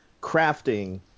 crafting